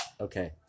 Okay